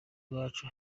iwacu